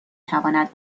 تواند